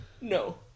No